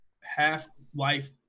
Half-Life